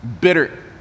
bitter